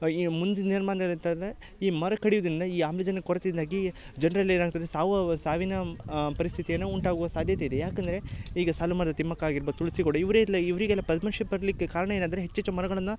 ಈಗ ಮುಂದಿನ ದಿನ್ಮಾನಗಳಲ್ಲಿ ಎಂತ ಅಂದರೆ ಈ ಮರ ಕಡಿಯುದರಿಂದ ಈ ಆಮ್ಲಜನ ಕೊರತೆ ಇಂದಾಗಿ ಜನರಲ್ಲಿ ಏನಾಗ್ತದೆ ಸಾವೊವ್ ಸಾವಿನ ಪರಿಸ್ಥಿತಿಯನ್ನ ಉಂಟಾಗುವ ಸಾಧ್ಯತೆ ಇದೆ ಯಾಕೆ ಅಂದರೆ ಈಗ ಸಾಲು ಮರದ ತಿಮಕ್ಕ ಆಗಿರ್ಬೋದು ತುಳ್ಸಿ ಕೂಡ ಇವರೆಲ್ಲ ಇವರಿಗೆಲ್ಲ ಪದ್ಮಶ್ರಿ ಬರಲಿಕ್ಕೆ ಕಾರಣ ಏನಂದರೆ ಹೆಚ್ಚು ಹೆಚ್ಚು ಮರಗಳನ್ನ